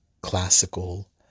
classical